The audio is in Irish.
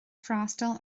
freastal